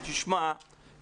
תשמעו,